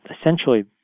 essentially